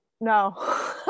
No